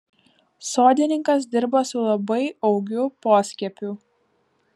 sodininkas dirba su labai augiu poskiepiu